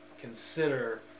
consider